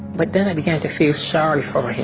but then i began to feel sorry for him